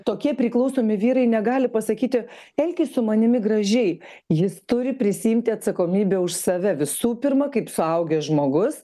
tokie priklausomi vyrai negali pasakyti elkis su manimi gražiai jis turi prisiimti atsakomybę už save visų pirma kaip suaugęs žmogus